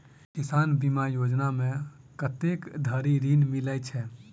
किसान बीमा योजना मे कत्ते धरि ऋण मिलय छै?